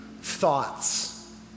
thoughts